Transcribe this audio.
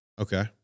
Okay